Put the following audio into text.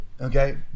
Okay